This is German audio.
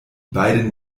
beiden